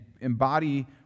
embody